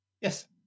Yes